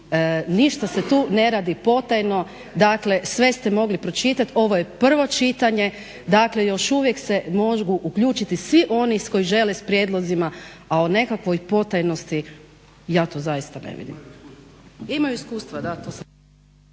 ništa se tu ne radi potajno, dakle sve ste mogli pročitat. Ovo je prvo čitanje, dakle još uvijek se mogu uključiti svi oni koji žele s prijedlozima, a o nekakvoj potajnosti ja to zaista ne vidim. … /Upadica se